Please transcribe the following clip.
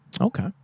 Okay